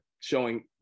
showing